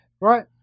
right